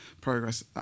progress